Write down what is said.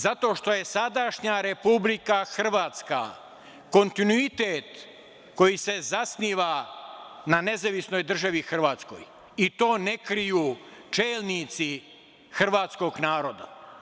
Zato što je sadašnja Republika Hrvatska kontinuitet koji se zasniva na Nezavisnoj Državi Hrvatskoj, i to ne kriju čelnici hrvatskog naroda.